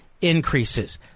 increases